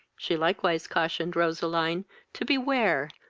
she likewise cautioned roseline to beware,